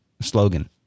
slogan